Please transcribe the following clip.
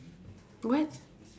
what